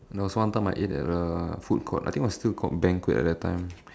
there was time I ate at a food court I think it was still called banquet at that time